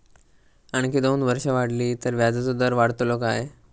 आणखी दोन वर्षा वाढली तर व्याजाचो दर वाढतलो काय?